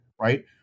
right